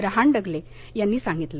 रहांगडले यांनी सांगितलं